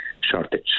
shortage